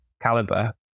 caliber